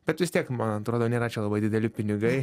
bet vis tiek man atrodo nėra čia labai dideli pinigai